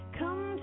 come